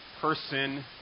person